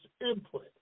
input